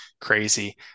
crazy